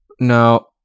Now